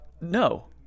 No